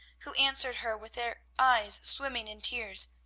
who answered her with her eyes swimming in tears,